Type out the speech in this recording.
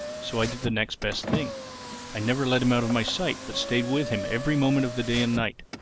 so i did the next best thing i never let him out of my sight but stayed with him every moment of the day and night.